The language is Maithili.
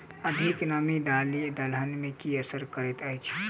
अधिक नामी दालि दलहन मे की असर करैत अछि?